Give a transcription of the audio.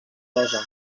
rosa